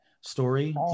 story